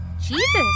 Jesus